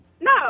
No